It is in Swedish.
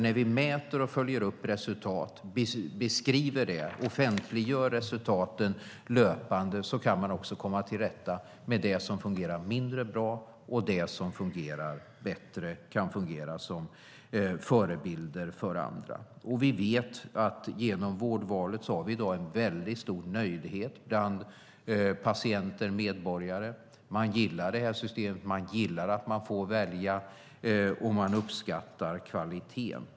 När vi mäter och följer upp resultat, beskriver och offentliggör resultaten löpande, kan vi komma till rätta med det som fungerar mindre bra, medan det som fungerar bättre kan stå som förebild för andra. Vi vet att patienter och medborgare är mycket nöjda med vårdvalet. Man gillar systemet, man gillar att man får välja och man uppskattar kvaliteten.